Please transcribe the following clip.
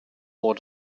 more